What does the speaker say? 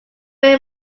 very